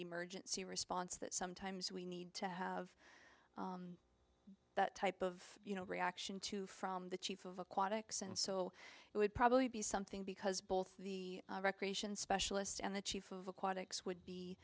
emergency response that sometimes we need to have that type of you know reaction to from the chief of aquatics and so it would probably be something because both the recreation specialist and the chief of aquatics would be